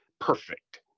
perfect